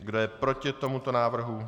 Kdo je proti tomuto návrhu?